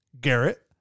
Garrett